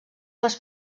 les